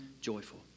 joyful